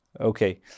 Okay